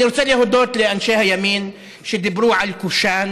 אני רוצה להודות לאנשי הימין שדיברו על קושאן